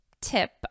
tip